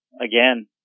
again